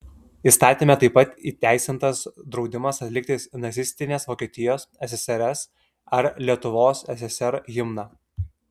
įstatyme taip pat įteisintas draudimas atlikti nacistinės vokietijos ssrs ar lietuvos ssr himną